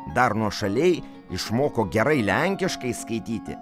dar nuošaliai išmoko gerai lenkiškai skaityti